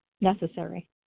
Necessary